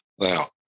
Now